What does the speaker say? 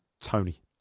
Tony